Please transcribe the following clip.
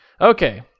Okay